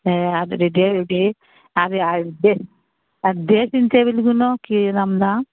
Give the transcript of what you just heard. হ্যাঁ আর এই ডে ডে ডে আর এ আর ডে আর ড্রেসিং টেবিলগুলো কীরকম দাম